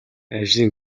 ажлын